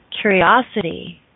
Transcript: curiosity